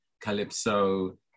Calypso